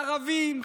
ערבים,